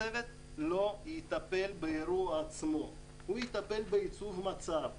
הצוות לא יטפל באירוע עצמו, הוא יטפל בייצוב מצב.